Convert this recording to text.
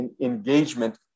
engagement